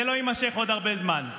זה לא יימשך עוד הרבה זמן.